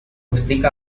explica